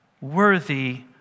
worthy